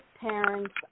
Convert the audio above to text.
parents